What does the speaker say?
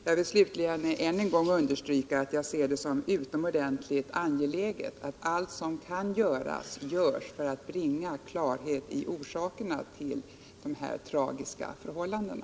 Jag vill slutligen än en gång understryka att jag ser det som utomordentligt angeläget att allt som kan göras görs för att bringa klarhet i orsakerna till de här tragiska förhållandena.